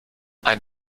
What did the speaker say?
ein